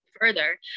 further